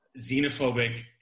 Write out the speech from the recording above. xenophobic